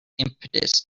impetus